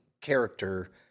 character